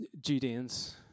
Judeans